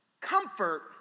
comfort